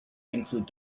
include